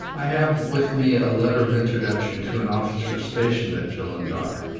i have with me a letter of introduction to an officer stationed at jullundar.